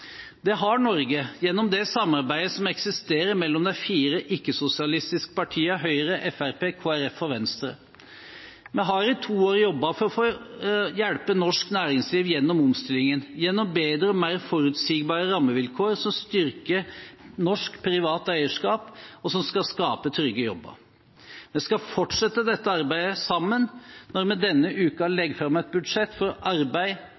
Det har Norge, gjennom det samarbeidet som eksisterer mellom de fire ikke-sosialistiske partiene Høyre, Fremskrittspartiet, Kristelig Folkeparti og Venstre. Vi har i to år jobbet for å hjelpe norsk næringsliv gjennom omstillingen, gjennom bedre og mer forutsigbare rammevilkår som styrker et norsk, privat eierskap, og som skal skape trygge jobber. Vi skal fortsette dette arbeidet sammen når vi denne uken legger fram et budsjett for arbeid,